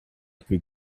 plus